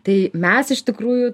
tai mes iš tikrųjų